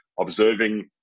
observing